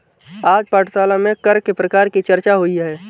आज पाठशाला में कर के प्रकार की चर्चा हुई